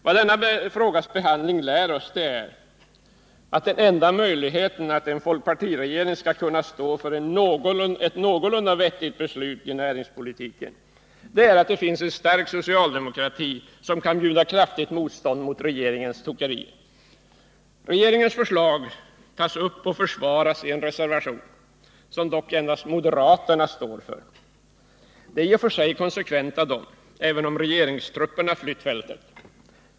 Vad denna frågas behandling lärt oss är att den enda möjligheten att en folkpartiregering skall kunna stå för ett någorlunda vettigt beslut i näringspolitiken är att det finns en stark socialdemokrati som kan bjuda kraftigt motstånd mot regeringens tokerier. Regeringens förslag tas upp och försvaras i en reservation, som dock endast moderaterna står för. Det är i och för sig konsekvent av dem, även om regeringstrupperna flytt fältet.